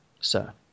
sir